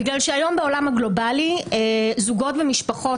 היום בעולם הגלובלי זוגות ומשפחות,